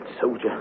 Soldier